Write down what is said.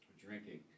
drinking